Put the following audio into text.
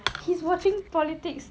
he's watching politics